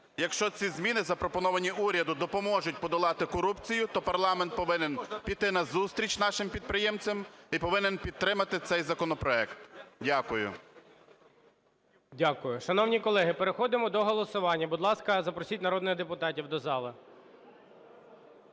якщо ці зміни запропоновані уряду допоможуть подолати корупцію, то парламент повинен піти на зустріч нашим підприємцям і повинен підтримати цей законопроект. Дякую. ГОЛОВУЮЧИЙ. Дякую. Шановні колеги, переходимо до голосування. Будь ласка, запросіть народних депутатів до зали.